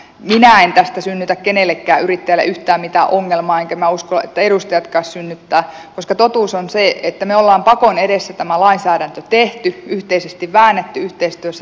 minä en tästä synnytä kenellekään yrittäjälle yhtään mitään ongelmaa enkä minä usko että edustajatkaan synnyttävät koska totuus on se että me olemme pakon edessä tämän lainsäädännön tehneet yhteisesti vääntäneet yhteistyössä toimijoitten kanssa